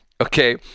Okay